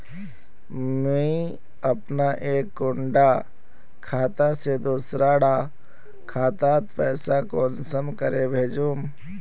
मुई अपना एक कुंडा खाता से दूसरा डा खातात पैसा कुंसम करे भेजुम?